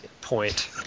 point